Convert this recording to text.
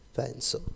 penso